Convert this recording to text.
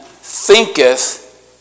thinketh